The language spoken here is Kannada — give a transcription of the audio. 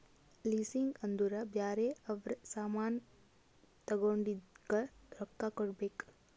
ಲೀಸಿಂಗ್ ಅಂದುರ್ ಬ್ಯಾರೆ ಅವ್ರ ಸಾಮಾನ್ ತಗೊಂಡಿದ್ದುಕ್ ರೊಕ್ಕಾ ಕೊಡ್ಬೇಕ್